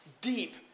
deep